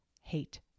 hate